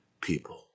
people